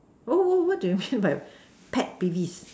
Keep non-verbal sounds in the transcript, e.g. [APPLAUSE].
oh what do you [NOISE] mean by pet peeves